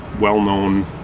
well-known